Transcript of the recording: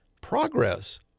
progress